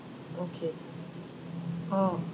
okay orh